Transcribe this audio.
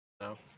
No